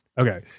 Okay